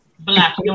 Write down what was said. Black